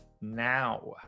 now